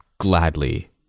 gladly